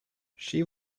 she